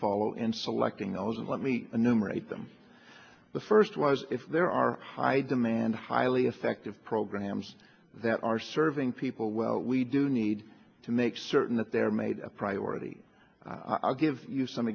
follow in selecting all just let me numerate them the first was if there are high demand highly effective programs that are serving people well we do need to make certain that they are made a priority i'll give you some